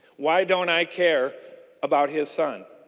why don't i care about his son?